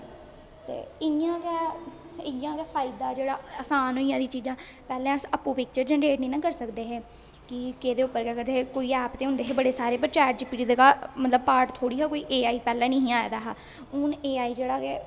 इ'यां गै फैदा जेह्ड़ा आसान होई जानी चीजां पैह्लें अस आपूं पिक्चर जनरेट नेईं करी सकदे है कि केह्दे उप्पर करदे कोई ऐप ते होंदे है बड़े सारे chat G P T part थोह्ड़ी ही पैह्लें ए आई नेईं हा आए दा हून ओ आई जेह्ड़ा केह्